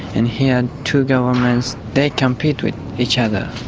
and here, two governments they compete with each other.